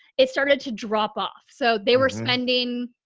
it started to drop off. so they were spending,